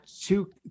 Two